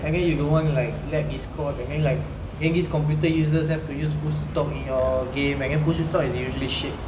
and then you don't want to like let discord and then like then these computer users have to use push to talk in your game then push to talk is usually shit